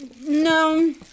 No